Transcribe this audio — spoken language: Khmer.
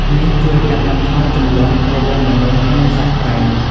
នេះជួយកាត់បន្ថយជម្លោះរវាងមនុស្ស និងសត្វព្រៃ។